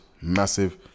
massive